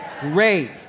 Great